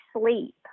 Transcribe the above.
sleep